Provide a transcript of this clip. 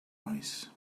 noise